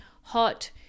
hot